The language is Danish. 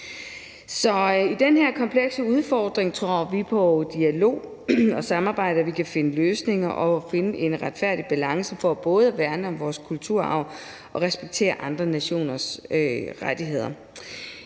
i den her komplekse udfordring tror vi på dialog og samarbejde og på, at vi kan finde løsninger og finde en retfærdig balance for både at værne om vores kulturarv og respektere andre nationers rettigheder.